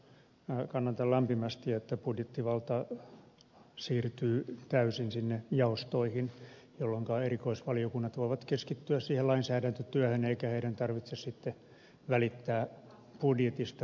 minä kannatan lämpimästi että budjettivalta siirtyy täysin sinne jaostoihin jolloinka erikoisvaliokunnat voivat keskittyä siihen lainsäädäntötyöhön eikä niiden tarvitse sitten välittää budjetista